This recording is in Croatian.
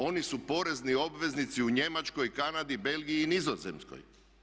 Oni su porezni obveznici u Njemačkoj, Kanadi, Belgiji i Nizozemskoj.